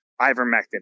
ivermectin